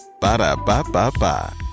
Ba-da-ba-ba-ba